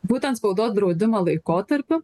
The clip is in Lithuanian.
būtent spaudos draudimo laikotarpiu